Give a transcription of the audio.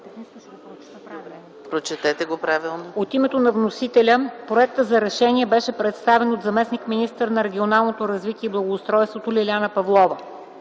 От името на вносителя проектът за решение беше представен от заместник-министъра на регионалното развитие и благоустройството Лиляна Павлова.